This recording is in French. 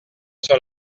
sur